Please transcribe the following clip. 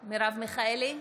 מיכאלי,